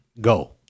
Go